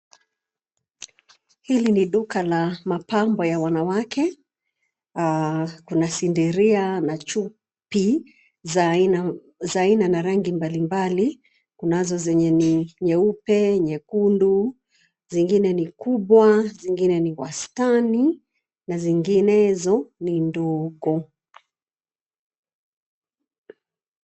Hili ni duka la mapambo ya wanawake. Kuna sidiria na chupi za aina na rangi mbalimbali. Kunazo zenye ni nyeupe, nyekundu, zingine ni kubwa, zingine ni wastani na zinginezo ni ndogo.